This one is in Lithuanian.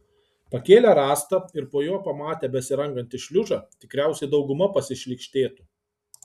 pakėlę rąstą ir po juo pamatę besirangantį šliužą tikriausiai dauguma pasišlykštėtų